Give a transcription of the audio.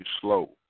slow